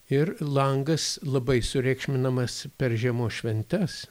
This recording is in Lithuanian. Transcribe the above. ir langas labai sureikšminamas per žiemos šventes